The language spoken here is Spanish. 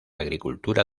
agricultura